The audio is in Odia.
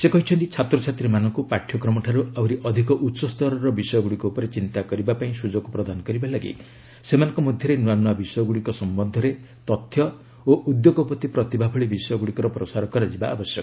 ସେ କହିଛନ୍ତି ଛାତ୍ରଛାତ୍ରୀମାନଙ୍କୁ ପାଠ୍ୟକ୍ରମଠାରୁ ଆହୁରି ଅଧିକ ଉଚ୍ଚସ୍ତରର ବିଷୟଗୁଡ଼ିକ ଉପରେ ଚିନ୍ତା କରିବା ପାଇଁ ସୁଯୋଗ ପ୍ରଦାନ କରିବା ଲାଗି ସେମାନଙ୍କ ମଧ୍ୟରେ ନୃଆନୃଆ ବିଷୟଗୁଡ଼ିକ ସମ୍ବନ୍ଧରେ ତଥ୍ୟ ଓ ଉଦ୍ୟୋଗପତି ପ୍ରତିଭା ଭଳି ବିଷୟ ଗୁଡ଼ିକର ପ୍ରସାର କରାଯିବା ଉଚିତ୍